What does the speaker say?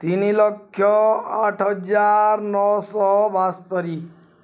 ତିନି ଲକ୍ଷ ଆଠ ହଜାର ନଅ ଶହ ବାସ୍ତରି